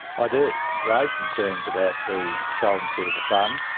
ah do, grave concerns about the solvency of the fund.